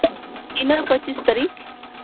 ᱤᱱᱟᱹ ᱯᱚᱸᱪᱤᱥ ᱛᱟᱹᱨᱤᱠᱷ